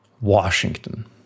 Washington